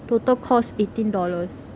total cost eighteen dollars